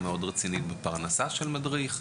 הסעיף הזה